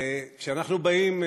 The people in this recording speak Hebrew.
כשאנחנו באים,